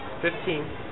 Fifteen